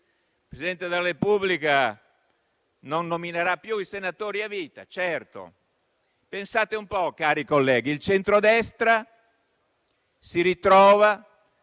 il Presidente della Repubblica non nominerà più i senatori a vita. Pensate un po', cari colleghi: il centrodestra si ritrova